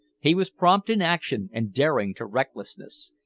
he was prompt in action, and daring to recklessness.